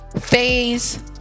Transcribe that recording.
Phase